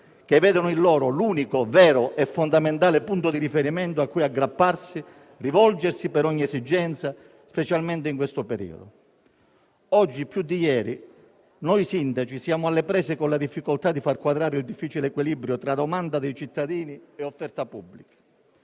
che vedono in loro l'unico, vero e fondamentale punto di riferimento a cui aggrapparsi e rivolgersi per ogni esigenza, specialmente in questo periodo. Oggi più di ieri noi sindaci siamo alle prese con la difficoltà di far quadrare il difficile equilibrio tra domanda dei cittadini e offerta pubblica.